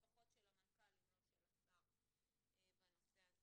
לפחות ל המנכ"ל אם לא של השר לדיון בנושא הזה.